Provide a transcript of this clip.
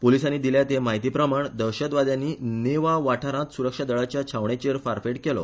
पुलिसानी दिल्या ते म्हायती प्रमाण दहशदवादयांनी नेवा वाठारांत सुरक्षा दळाच्या छावणेचेर फारपेट केलो